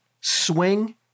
swing